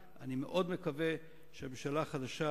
אני לא עוסק כרגע בהיבטים המשפטיים של המהלך הזה,